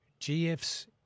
GFs